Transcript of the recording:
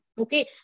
Okay